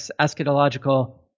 eschatological